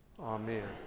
amen